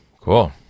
cool